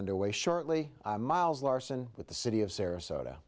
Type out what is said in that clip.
underway shortly miles larson with the city of sarasota